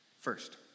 First